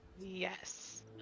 yes